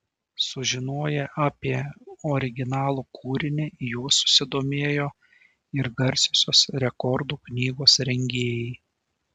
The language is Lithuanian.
sužinoję apie originalų kūrinį juo susidomėjo ir garsiosios rekordų knygos rengėjai